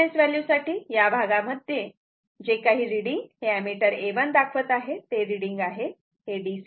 आता IRMS value साठी या भागामध्ये जे काही रीडिंग हे एमीटर A1 दाखवत आहे ते रीडिंग आहे